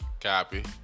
Copy